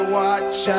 watch